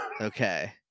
Okay